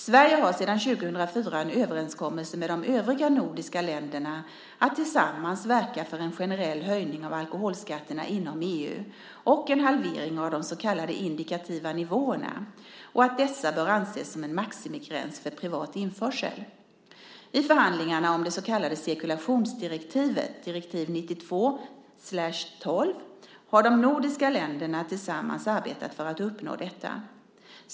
Sverige har sedan 2004 en överenskommelse med de övriga nordiska länderna att tillsammans verka för en generell höjning av alkoholskatterna inom EU och en halvering av de så kallade indikativa nivåerna och att dessa bör anses som maximigräns för privat införsel. I förhandlingarna om det så kallade cirkulationsdirektivet har de nordiska länderna tillsammans arbetat för att uppnå detta.